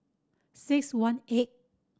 six one eight